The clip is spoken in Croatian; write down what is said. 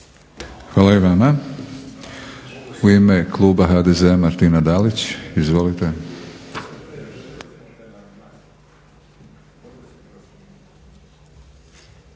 Hvala i vama. U ime Kluba HDZ-a, Martina Dalić, izvolite.